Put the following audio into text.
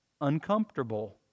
uncomfortable